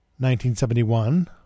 1971